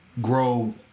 grow